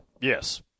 Yes